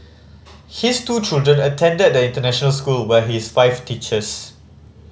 his two children attend the international school where his wife teaches